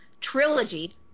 Trilogy